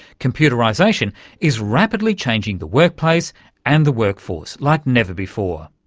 computerisation is rapidly changing the workplace and the workforce like never before.